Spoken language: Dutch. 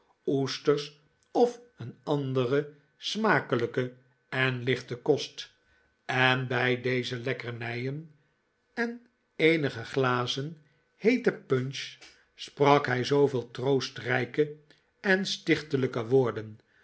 oesters of een anderen smakelijken en lichten kost en bij deze lekkernijen en eenige glazen heete punch sprak hij zooveel troostrijke en stichtelijke woorden